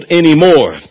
anymore